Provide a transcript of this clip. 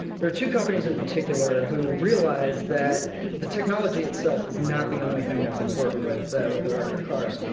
there are two companies in particular who realize that the technology itself is not the only thing that's important with with electric cars.